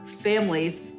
families